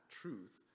truth